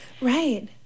Right